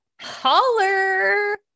holler